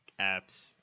apps